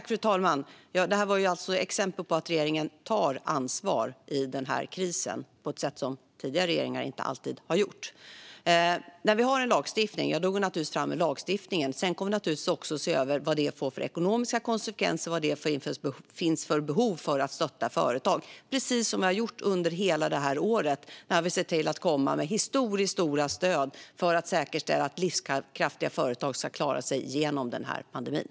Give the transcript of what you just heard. Fru talman! Detta var alltså exempel på att regeringen tar ansvar i den här krisen på ett sätt som tidigare regeringar inte alltid har gjort. När vi har en lagstiftning går vi naturligtvis fram med lagstiftningen. Sedan kommer vi naturligtvis också att se över vad det får för ekonomiska konsekvenser och vad det finns för behov av att stötta företag - precis som vi har gjort under hela det här året, där vi sett till att komma med historiskt stora stöd för att säkerställa att livskraftiga företag ska klara sig genom pandemin.